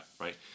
Right